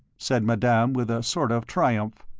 said madame, with a sort of triumph.